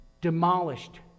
demolished